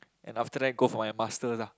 and after that go for my masters ah